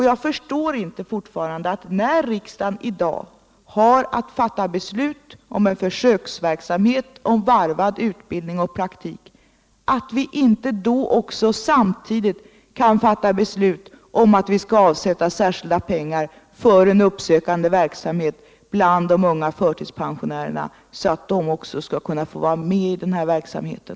Jag förstår fortfarande inte varför riksdagen — när vi nu har att fatta beslut om en försöksverksamhet med varvad utbildning och praktik — inte samtidigt kan fatta beslut om att vi skall avsätta särskilda pengar för en uppsökande verksamhet bland de unga förtidspensionärerna, så att de också får vara med i den här verksamheten.